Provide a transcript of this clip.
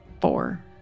four